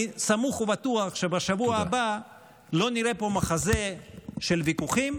אני סמוך ובטוח שבשבוע הבא לא נראה פה מחזה של ויכוחים,